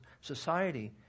society